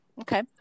Okay